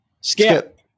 skip